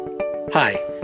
Hi